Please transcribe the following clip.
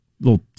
little